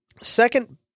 second